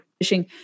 fishing